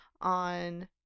on